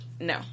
No